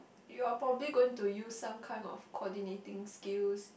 you're probably going to use some kind of coordinating skills